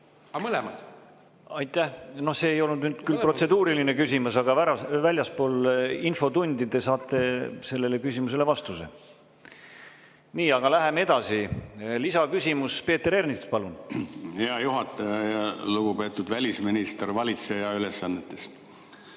Aitäh! No see ei olnud nüüd küll protseduuriline küsimus, aga väljaspool infotundi te saate sellele küsimusele vastuse. Nii, aga läheme edasi. Lisaküsimus, Peeter Ernits, palun! Hea juhataja ja lugupeetud välisminister valitseja ülesannetes!